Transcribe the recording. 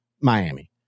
Miami